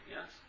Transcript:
yes